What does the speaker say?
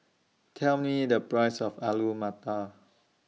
Tell Me The Price of Alu Matar